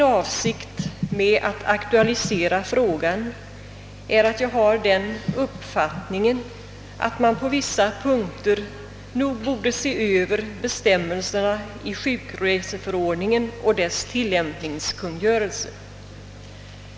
Jag har aktualiserat denna fråga därför att jag har den uppfattningen, att man nog borde se över bestämmelserna i sjukreseförordningen och dess tillämpningskungörelse.